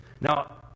Now